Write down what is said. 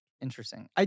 Interesting